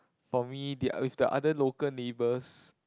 for me the with the other local neighbors